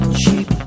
cheap